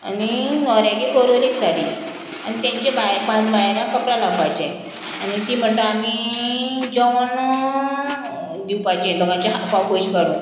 आनी नोव्हऱ्यागे कोरोलक साडी आनी तेंचे बाय पांच बायलां कपला लावपाचें आनी तीं म्हणटा आमी जेवण दिवपाचें दोंगांचे हाफ हाफ पयशे काडून